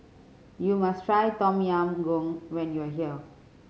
you must try Tom Yam Goong when you are here